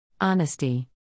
Honesty